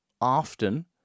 often